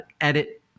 edit